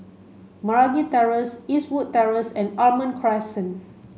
Meragi Terrace Eastwood Terrace and Almond Crescent